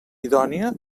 idònia